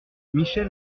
michel